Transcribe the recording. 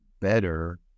better